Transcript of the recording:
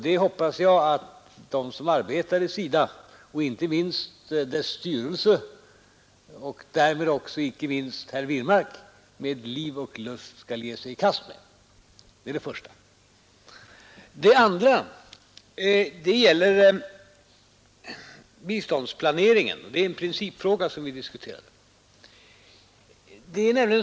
Jag hoppas att de som arbetar i SIDA — och inte minst dess styrelse och därmed också herr Wirmark — med liv och lust skall ge sig i kast med den uppgiften. Det är det första. Det andra gäller biståndsplaneringen. Det är en principfråga vi här diskuterat.